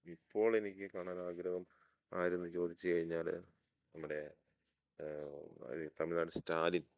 ഇപ്പോൾ എനിക്ക് കാണൻ ആഗ്രഹം ആരെന്നു ചോദിച്ചു കഴിഞ്ഞാൽ നമ്മുടെ തമിഴ്നാട് സ്റ്റാലിൻ